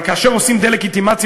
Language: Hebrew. אבל כאשר עושים דה-לגיטימציה,